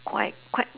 quite quite